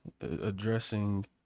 addressing